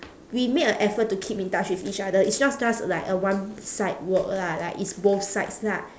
we made a effort to keep in touch with each other it's not just like a one side work lah like it's both sides lah